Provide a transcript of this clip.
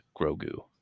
Grogu